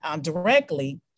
directly